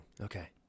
Okay